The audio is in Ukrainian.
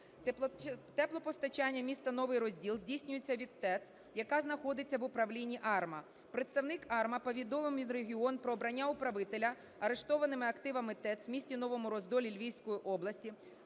Теплопостачання міста Новий Розділ здійснюється від ТЕЦ, яка знаходиться в управлінні АРМА. Представник АРМА повідомив Мінрегіон про обрання управителя арештованими активами ТЕЦ в місті Новому Роздолі Львівської області